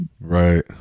right